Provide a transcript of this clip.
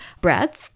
breads